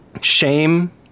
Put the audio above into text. shame